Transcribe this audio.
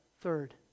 third